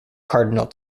cardinal